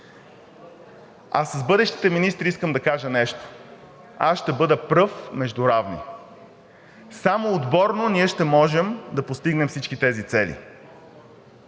А за бъдещите министри искам да кажа нещо. Аз ще бъда пръв между равни. Само отборно ние ще можем да постигнем всички тези цели.